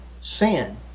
sin